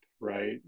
right